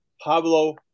Pablo